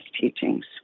teachings